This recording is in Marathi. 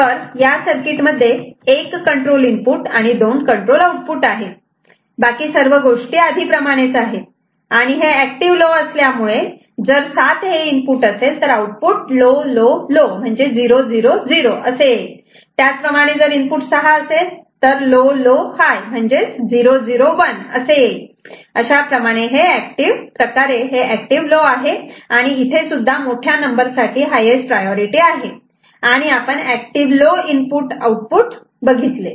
तर या सर्किटमध्ये एक कंट्रोल इनपुट आणि दोन कंट्रोल आउटपुट आहे बाकी सर्व गोष्टी आधी प्रमाणेच आहेत आणि हे ऍक्टिव्ह लो असल्यामुळे जर 7 हे इनपुट असेल तर आउटपुट लो लो लो म्हणजेच 0 0 0 असे येईल त्याचप्रमाणे जर इनपुट 6 असेल तर लो लो हाय म्हणजे 0 0 1 असे येईल अशाप्रकारे हे एक्टिव लो आहे आणि इथे सुद्धा मोठ्या नंबर साठी हायेस्ट प्रायोरिटी आहे आणि आपण एक्टिव लो इनपुट आउटपुट बघितले